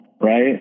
right